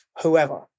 whoever